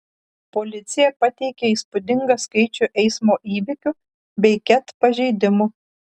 policija pateikė įspūdingą skaičių eismo įvykių bei ket pažeidimų